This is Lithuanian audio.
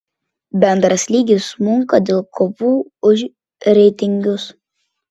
bendras lygis smunka dėl kovų už reitingus